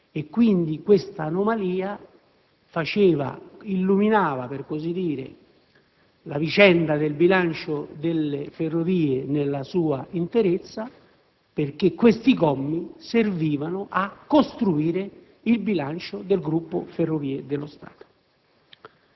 medesima. Questa anomalia «illuminava» la vicenda del bilancio delle Ferrovie nella sua interezza, perché tali commi servivano a costruire il bilancio del gruppo Ferrovie dello Stato.